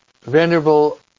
Venerable